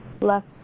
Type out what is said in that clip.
left